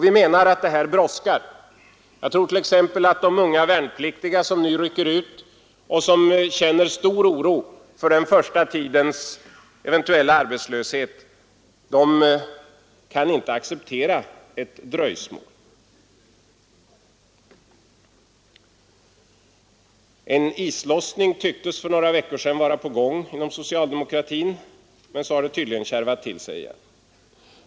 Vi menar att detta brådskar. Jag tror t.ex. att de unga värnpliktiga som nu rycker ut och som känner stor oro för den första tidens eventuella arbetslöshet inte kan acceptera ett dröjsmål. En islossning tycktes för några veckor sedan vara på gång inom socialdemokratin, men så har det tydligen kärvat till sig igen.